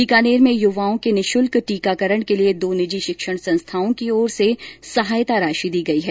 बीकानेर में युवाओं के निःशुल्क टीकाकरण के लिए दो निजी शिक्षण संस्थाओं की ओर से सहायता राशि दी गई है